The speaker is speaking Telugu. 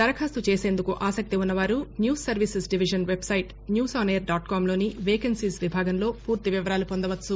దరఖాస్తు చేసేందుకు ఆసక్తి ఉన్నవారు news services division website news on air కామ్లోని వేకన్సెస్ విభాగంలో పూర్తి వివరాలు పొందవచ్చు